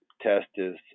testis